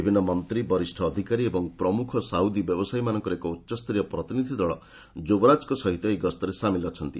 ବିଭିନ୍ନ ମନ୍ତ୍ରୀ ବରିଷ୍ଣ ଅଧିକାରୀ ଏବଂ ପ୍ରମୁଖ ସାଉଦୀ ବ୍ୟବସାୟୀମାନଙ୍କର ଏକ ଉଚ୍ଚସ୍ତରୀୟ ପ୍ରତିନିଧି ଦଳ ଯୁବରାଜଙ୍କ ସହିତ ଏହି ଗସ୍ତରେ ସାମିଲ ଅଛନ୍ତି